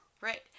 Right